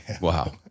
Wow